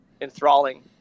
enthralling